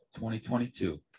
2022